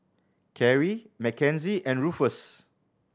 Carrie Mckenzie and Ruffus